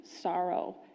sorrow